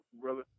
brother